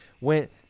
went